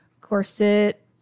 corset